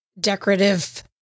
decorative